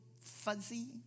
fuzzy